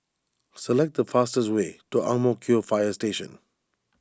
select the fastest way to Ang Mo Kio Fire Station